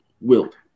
wilt